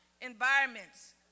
environments